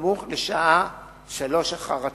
סמוך לשעה 15:00